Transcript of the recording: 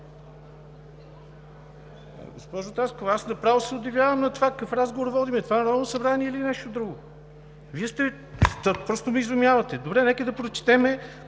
Госпожо Таскова, аз направо се удивявам на това какъв разговор водим! Това е Народно събрание или е нещо друго? Вие просто ме изумявате! Добре, нека да прочетем